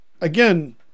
again